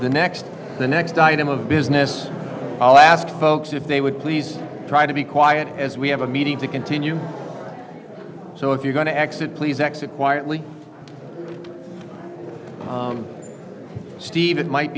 the next the next item of business i'll ask folks if they would please try to be quiet as we have a meeting to continue so if you're going to exit please exit quietly steve it might